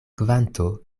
kvanto